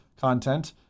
content